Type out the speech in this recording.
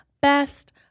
best